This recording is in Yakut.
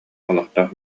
олохтоох